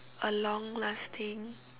a long lasting